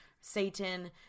Satan